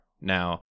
Now